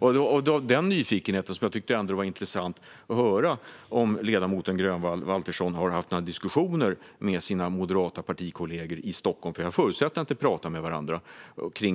Det var utifrån nyfikenheten på detta som jag tyckte att det vore intressant att få höra om ledamoten Waltersson Grönvall har haft några diskussioner med sina moderata partikollegor i Stockholm. Jag förutsätter att de pratar med varandra